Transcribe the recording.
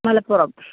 Malappuram